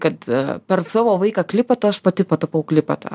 kad per savo vaiką klipatą aš pati patapau klipata